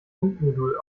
funkmodul